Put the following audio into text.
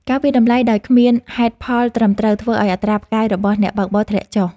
ការវាយតម្លៃដោយគ្មានហេតុផលត្រឹមត្រូវ ធ្វើឱ្យអត្រាផ្កាយរបស់អ្នកបើកបរធ្លាក់ចុះ។